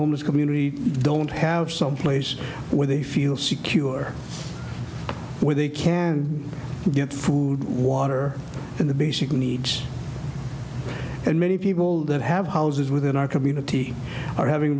homeless community don't have some place where they feel secure where they can get food water and the basic needs and many people that have houses within our community are having